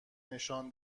نشان